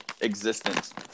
existence